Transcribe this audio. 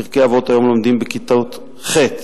פרקי אבות היום לומדים בכיתות ח'.